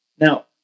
Now